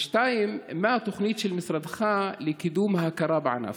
2. מהי התוכנית של משרדך לקידום ההכרה בענף?